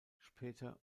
später